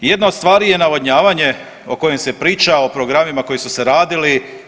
Jedna od stvari je navodnjavanje o kojim se priča, o programima koji su se radili.